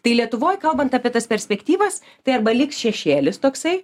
tai lietuvoj kalbant apie tas perspektyvas tai arba liks šešėlis toksai